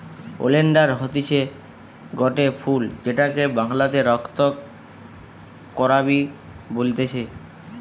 oleander হতিছে গটে ফুল যেটাকে বাংলাতে রক্ত করাবি বলতিছে